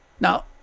Now